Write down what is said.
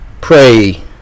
pray